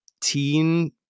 teen